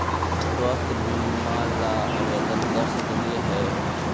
स्वास्थ्य बीमा ला आवेदन कर सकली हे?